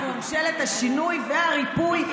אנחנו ממשלת השינוי והריפוי,